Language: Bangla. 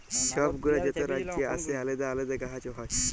ছব গুলা যত রাজ্যে আসে আলেদা আলেদা গাহাচ হ্যয়